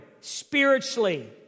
spiritually